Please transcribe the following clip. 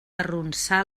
arronsar